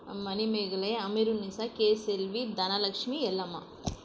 Manimekalai Amirul Nisha K Selvi Dhanalakshmi Yellamma